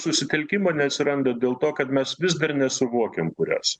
susitelkimo neatsiranda dėl to kad mes vis dar nesuvokiam kur esam